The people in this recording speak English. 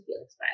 Felix